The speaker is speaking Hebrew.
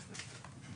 תודה לך.